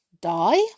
die